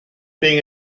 being